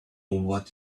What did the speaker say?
what